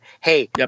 hey